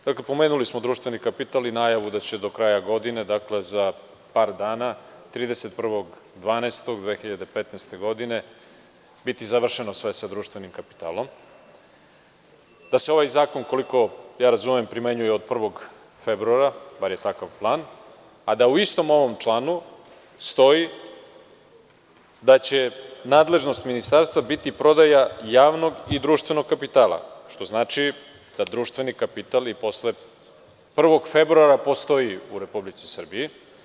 Dakle, pomenuli smo društveni kapital i najavu da će do kraja godine, dakle za par dana, 31. decembra 2015. godine, biti završeno sve sa društvenim kapitalom, da se ovaj zakon, koliko ja razumem, primenjuje od 1. februara, bar je takav plan, a da u istom ovom članu stoji da će nadležnost ministarstva biti prodaja javnog i društvenog kapitala, što znači da društveni kapital i posle 1. februara postoji u Republici Srbiji.